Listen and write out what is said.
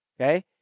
Okay